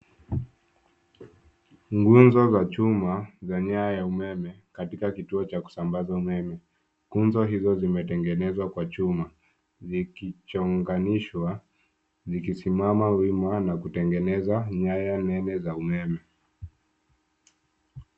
Nguzo za chuma za nyaya ya umeme katika kituo cha kusambaza umeme. Nguzo hizi zimetengenezwa kwa chuma, zikichonganishwa zikisimama wima na kutangeneza nyaya nene za umeme.